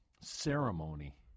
ceremony